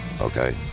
Okay